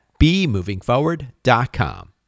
bemovingforward.com